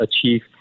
achieve